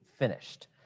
finished